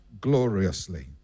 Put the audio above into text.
gloriously